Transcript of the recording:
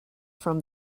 from